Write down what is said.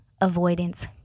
avoidance